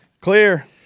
clear